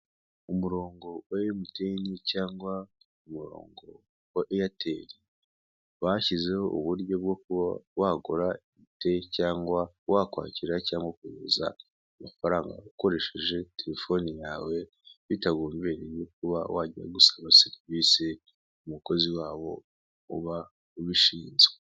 Umurongo wa Emutiyene cyangwa umurongo wa Eyateri, bashyizeho uburyo bwo kuba wagura amayinite cyangwa wakwakira cyangwa ukohereza amafaranga ukorehseje terefone yawe, bitagombeye kuba wajya gusaba serivise ku mukozi wabo uba ubishinzwe.